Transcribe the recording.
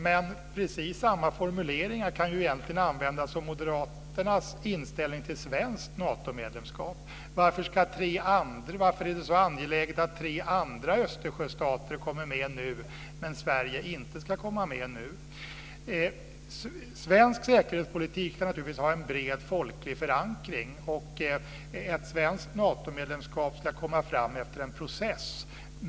Men precis samma formuleringar kan ju egentligen användas om Moderaternas inställning till svenskt Natomedlemskap. Varför är det så angeläget att tre andra Östersjöstater kommer med nu men Sverige inte ska komma med nu? Svensk säkerhetspolitik ska naturligtvis ha en bred folklig förankring, och ett svenskt Natomedlemskap ska komma fram efter en process.